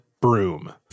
broom